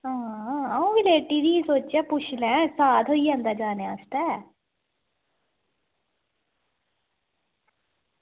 हां अ'ऊं बी लेटी दी ही सोचेआ पुच्छी लें साथ होई जंदा जाने आस्तै